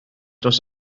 dros